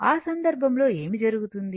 ఆ సందర్భంలో ఏమి జరుగుతుంది